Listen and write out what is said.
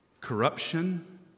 corruption